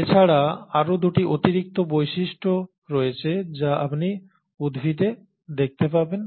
এছাড়া আরও দুটি অতিরিক্ত বৈশিষ্ট্য রয়েছে যা আপনি উদ্ভিদে দেখতে পাবেন